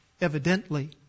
evidently